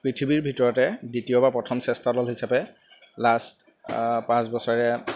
পৃথিৱীৰ ভিতৰতে দ্বিতীয় বা প্ৰথম শ্ৰেষ্ঠ দল হিচাপে লাষ্ট পাঁচ বছৰে